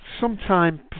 Sometime